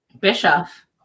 Bischoff